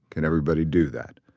can everybody do that?